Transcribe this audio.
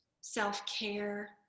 self-care